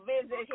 visit